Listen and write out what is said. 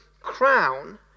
crown